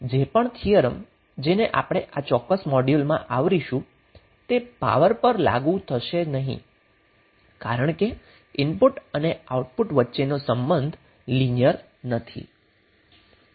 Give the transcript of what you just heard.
તેથી જે પણ થિયરમ જેને આપણે આ ચોક્કસ મોડ્યુલ માં આવરીશું તે પાવર પર લાગુ થશે નહીં કારણ કે ઇનપુટ અને આઉટપુટ વચ્ચેનો સંબંધ લિનિયર નથી